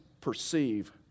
perceive